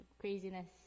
craziness